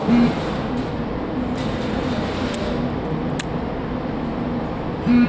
ನನ್ನ ಚಿಕ್ಕಪ್ಪನಿಗೆ ಅರವತ್ತು ವರ್ಷ ವಯಸ್ಸಾಗಿದೆ ಅವರು ಸಾಲ ಪಡೆಯಲು ಸಾಧ್ಯವೇ?